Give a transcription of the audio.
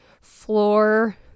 floor